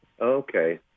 Okay